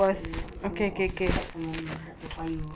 marsiling gua kicap sama lu budak toa payoh